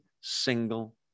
single